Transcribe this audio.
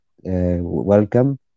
welcome